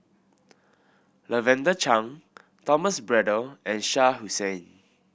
Lavender Chang Thomas Braddell and Shah Hussain